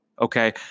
Okay